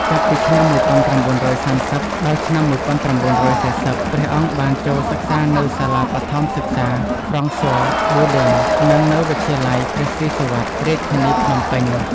ចាប់ពីឆ្នាំ១៩៣០ ដល់ឆ្នាំ១៩៤០ ព្រះអង្គបានចូលសិក្សានៅសាលាបឋមសិក្សា ហ្វ្រង់ស័រ បូឌាន់ និងនៅវិទ្យាល័យព្រះស៊ីសុវត្ថិ រាជធានីភ្នំពេញ។